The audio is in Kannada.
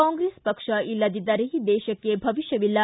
ಕಾಂಗ್ರೆಸ್ ಪಕ್ಷ ಇಲ್ಲದಿದ್ದರೆ ದೇಶಕ್ಕೆ ಭವಿಷ್ಠವಿಲ್ಲ